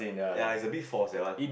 ya it's a bit forced that one